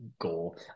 goal